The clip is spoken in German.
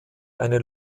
eine